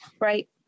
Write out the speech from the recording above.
right